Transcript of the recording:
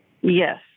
Yes